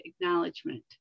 acknowledgement